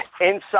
inside